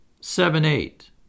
seven-eight